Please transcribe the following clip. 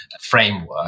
framework